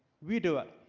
redo it.